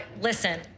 listen